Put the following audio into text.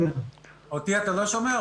אותי אתה לא שומע?